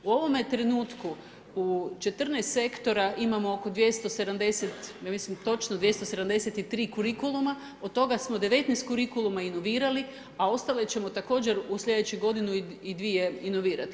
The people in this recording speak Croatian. U ovome trenutku u 14 sektora imamo oko 270, ja mislim točno 273 kurikuluma, od toga smo 19 kurikuluma inovirali a ostale ćemo također u slijedećoj godini i dvije inovirati.